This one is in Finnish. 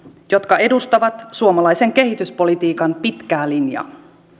jotka edustavat suomalaisen kehityspolitiikan pitkää linjaa